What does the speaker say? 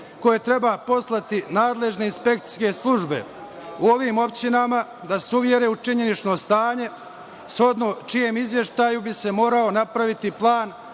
koje treba poslati nadležne inspekcijske službe, u ove opštine da se uvere u činjenično stanje shodno čijem izveštaju bi se morao napraviti plan